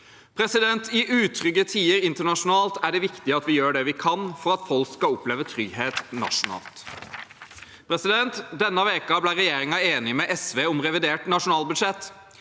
I utrygge tider internasjonalt er det viktig at vi gjør det vi kan gjøre for at folk skal oppleve trygghet nasjonalt. Denne uken ble regjeringen enig med SV om revidert nasjonalbudsjett.